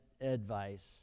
advice